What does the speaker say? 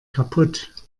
kaputt